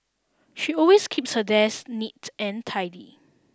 she always keeps her desk neat and tidy